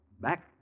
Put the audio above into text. back